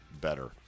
better